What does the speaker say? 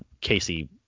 Casey